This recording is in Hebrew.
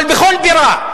אבל בכל בירה.